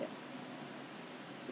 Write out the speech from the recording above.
这么久才才 respond leh